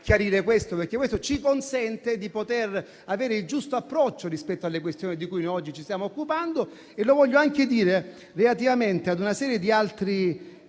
chiarire questo, perché ci consente di avere il giusto approccio rispetto alle questioni di cui oggi ci siamo occupando e voglio sottolinearlo anche relativamente a una serie di altri